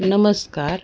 नमस्कार